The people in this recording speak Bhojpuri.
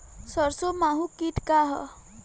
सरसो माहु किट का ह?